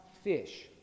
Fish